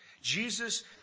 Jesus